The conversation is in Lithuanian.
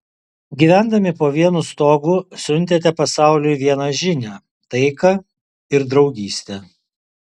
gyvendami po vienu stogu siuntėte pasauliui vieną žinią taiką ir draugystę